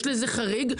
יש לזה חריג.